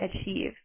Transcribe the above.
achieve